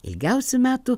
ilgiausių metų